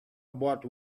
about